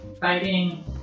fighting